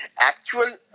actual